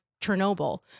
Chernobyl